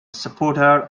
supporter